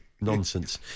Nonsense